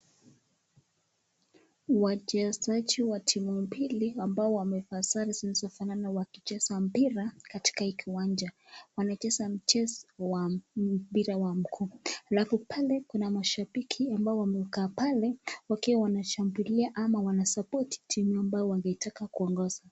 Wachezaji wa timu mbili ambao wamevaa sare zinazofanana wakicheza mpira katika hii kiwanja , wanacheza mchezo wa mpira wa mguu alafu pale kuna mashabiki ambao wamekaa pale wakiwa wanashangilia ama wanasapoti timu ambayo wangeitaka kuongoza.